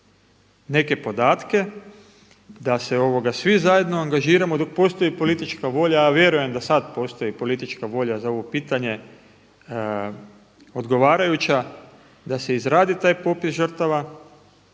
neke podatke, da se svi zajedno angažiramo dok postoji politička volja, a ja vjerujem da sad postoji politička volja za ovo pitanje, odgovarajuća, da se izradi taj popis žrtava